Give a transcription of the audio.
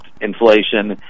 inflation